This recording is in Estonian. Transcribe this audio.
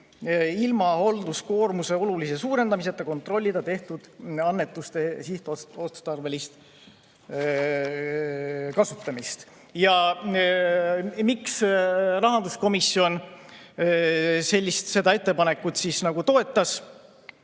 ilma halduskoormuse olulise suurendamiseta kontrollida tehtud annetuste sihtotstarbelist kasutamist. Miks rahanduskomisjon seda ettepanekut toetas?